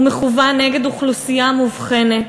הוא מכוון נגד אוכלוסייה מובחנת.